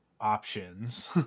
options